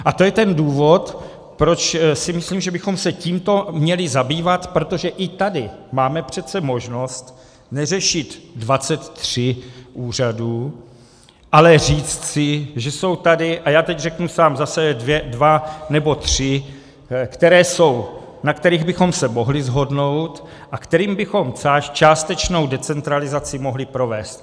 A to je ten důvod, proč si myslím, že bychom se tímto měli zabývat, protože i tady máme přece možnost neřešit 23 úřadů, ale říct si, že jsou tady, a já teď řeknu sám za sebe, dva nebo tři, které jsou, na kterých bychom se mohli shodnout a kterým bychom částečnou decentralizaci mohli provést.